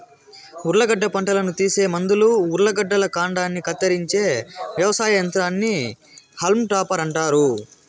ఉర్లగడ్డ పంటను తీసే ముందు ఉర్లగడ్డల కాండాన్ని కత్తిరించే వ్యవసాయ యంత్రాన్ని హాల్మ్ టాపర్ అంటారు